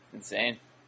Insane